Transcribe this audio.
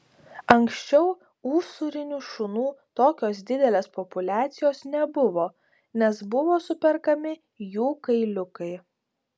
anksčiau usūrinių šunų tokios didelės populiacijos nebuvo nes buvo superkami jų kailiukai